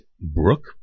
Brooke